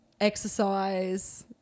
exercise